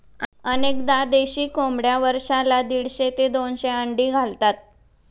अनेकदा देशी कोंबड्या वर्षाला दीडशे ते दोनशे अंडी घालतात